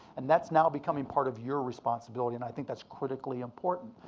and that's now becoming part of your responsibility. and i think that's critically important.